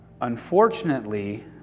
Unfortunately